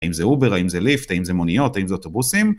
האם זה אובר, האם זה ליפט, האם זה מוניות, האם זה אוטובוסים?